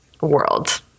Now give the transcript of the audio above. world